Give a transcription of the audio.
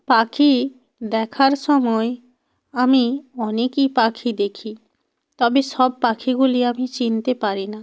পাখি দেখার সময় আমি অনেকই পাখি দেখি তবে সব পাখিগুলি আমি চিনতে পারি না